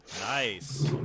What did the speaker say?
Nice